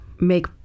make